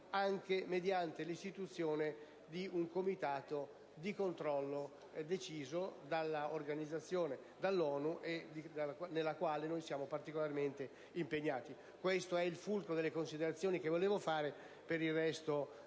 anche mediante l'istituzione di un comitato di controllo deciso dall'ONU, nel quale siamo particolarmente impegnati. Questo è il fulcro delle considerazioni che volevo fare. Per il resto il